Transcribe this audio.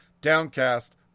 Downcast